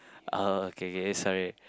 oh okay okay sorry